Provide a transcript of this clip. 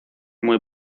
muy